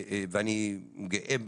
אני גאה בזה,